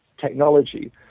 technology